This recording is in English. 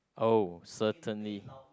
oh certainly